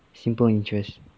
simple interest